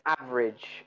average